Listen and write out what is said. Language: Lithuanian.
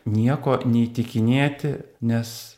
nieko neįtikinėti nes